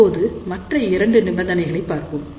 இப்போது மற்ற இரண்டு நிபந்தனைகளை பார்ப்போம்